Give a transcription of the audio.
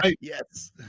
Yes